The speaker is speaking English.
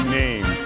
name